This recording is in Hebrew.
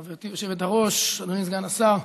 חברתי היושבת-ראש, אדוני סגן השר,